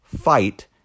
fight